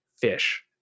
fish